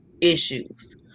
issues